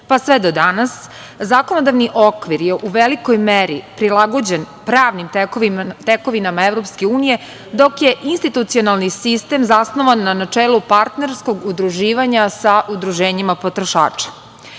pa sve do danas, zakonodavni okvir je u velikoj meri prilagođen pravnim tekovinama EU dok je institucionalni sistem zasnovan na načelu partnerskog udruživanja sa udruženjima